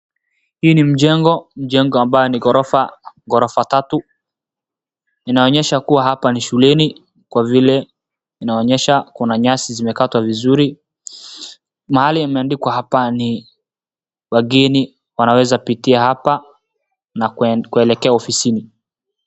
Hii ni mjengo, mjengo ambayo ni ghorofa tatu. Inaonyesha kuwa hapa ni shuleni kwa vile inaonyesha kuna nyasi zimekatwa vizuri. Mahali imeandikwa hapa ni wageni wanaweza pitia hapa na kuelekea ofisini.